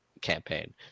campaign